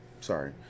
sorry